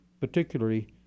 particularly